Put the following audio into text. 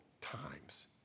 times